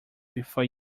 before